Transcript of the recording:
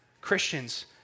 Christians